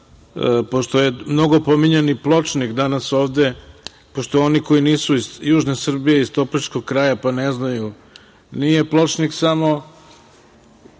pošto je mnogo pominjan i Pločnik danas ovde, pošto oni koji nisu iz južne Srbije, iz Topličkog kraja pa ne znaju, nije Pločnik samo